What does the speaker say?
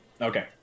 Okay